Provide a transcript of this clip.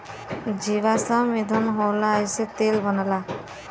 जीवाश्म ईधन होला एसे तेल बनला